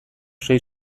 sei